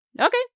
Okay